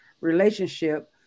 relationship